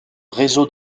réseau